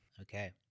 Okay